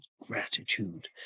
gratitude